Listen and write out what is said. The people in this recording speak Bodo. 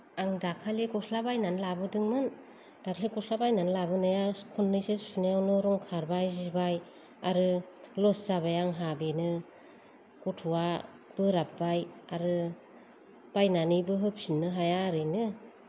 आं दाखालि गस्ला बायनानै लाबोदोंमोन दाखालि गस्ला बायनानै लाबोनाया खननैसो सुनायावनो रं खारबाय जिबाय आरो लस जाबाय आंहा बेनो गथ'आ बोराब्बाय आरो बायनानैबो होफिननो हाया ओरैनो